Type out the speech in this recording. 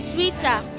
Twitter